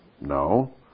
No